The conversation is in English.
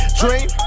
dream